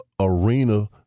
arena